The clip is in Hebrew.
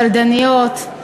קלדניות,